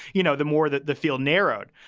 you know, the more that the field narrowed.